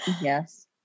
Yes